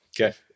Okay